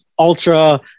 Ultra